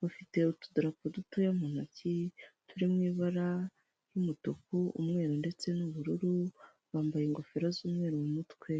bafite utudarapo dutoya mu ntoki turi mu ibara ry'umutuku, umwe ndetse n'ubururu bambaye ingofero z'umweru mu mutwe.